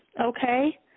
Okay